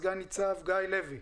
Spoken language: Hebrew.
סגן ניצב גיא לוי,